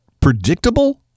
predictable